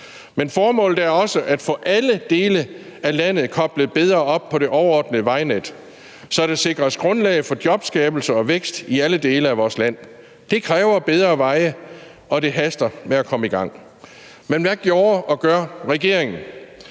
men formålet er også at få alle dele af landet koblet bedre op på det overordnede vejnet, så der sikres grundlag for jobskabelse og vækst i alle dele af vores land. Det kræver bedre veje, og det haster med at komme i gang. Men hvad gjorde og gør regeringen?